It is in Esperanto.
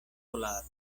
kolardo